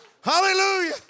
Hallelujah